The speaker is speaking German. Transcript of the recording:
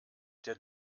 der